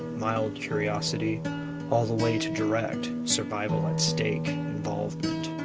mild curiosity all the way to direct, survival-at-stake involvement.